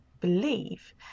believe